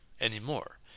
anymore